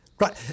Right